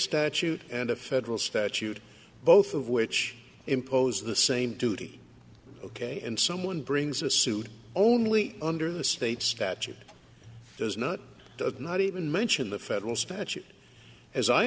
statute and a federal statute both of which impose the same duty ok and someone brings a suit only under the state's statute does not not even mention the federal statute as i